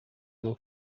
não